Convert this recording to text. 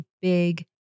big